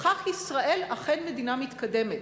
בכך ישראל היא אכן מדינה מתקדמת.